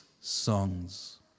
songs